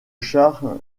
char